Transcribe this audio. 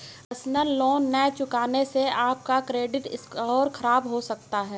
personal loan न चुकाने से आप का क्रेडिट स्कोर खराब हो सकता है